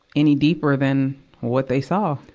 any deeper than what they saw.